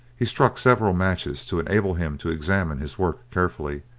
he struck several matches to enable him to examine his work carefully,